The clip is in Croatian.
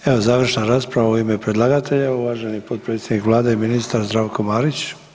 Evo završna rasprava u ime predlagatelja, uvaženi potpredsjednik Vlade i ministar Zdravko Marić.